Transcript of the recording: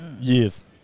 Yes